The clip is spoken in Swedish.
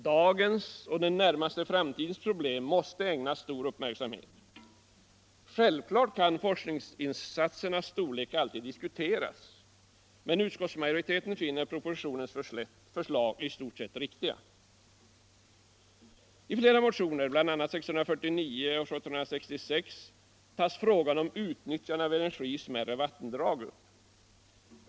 Dagens och den närmaste framtidens problem måste ägnas stor uppmärksamhet. Självklart kan forskningsinsatsernas storlek alltid diskuteras, men utskottsmajoriteten finner propositionens förslag i stort riktiga. I flera motioner, bl.a. 649 och 1766, tas frågan om utnyttjandet av energin i smärre vattendrag upp.